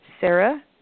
Sarah